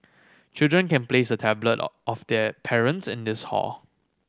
children can place a tablet of their parents in this hall